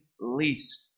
least